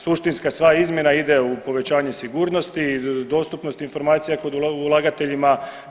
Suštinska sva izmjena ide u povećavanje sigurnosti, dostupnosti informacija ulagateljima.